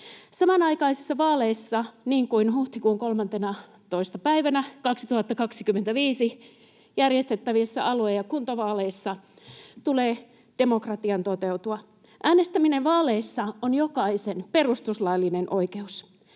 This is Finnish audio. Samanaikaisissa vaaleissa, niin kuin huhtikuun 13. päivänä 2025 järjestettävissä alue- ja kuntavaaleissa, tulee demokratian toteutua. Äänestäminen vaaleissa on jokaisen perustuslaillinen oikeus.